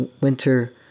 winter